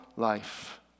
life